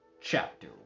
Chapter